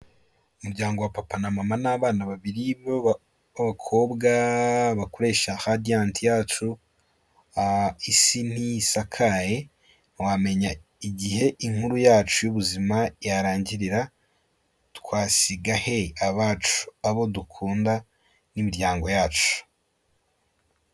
Umuryango wa papa na mama n'abana babiri b'abakobwa, bakoresha radiyati yacu isi ntisakaye ntiwamenya igihe inkuru yacu y'ubuzima yarangirira twasigahe abacu abo dukunda n'imiryango yacu?